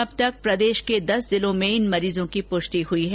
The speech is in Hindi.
अब तक प्रदेश के दस जिलों में इन मरीजों की पुष्टि हुई है